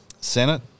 Senate